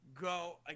go